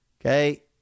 Okay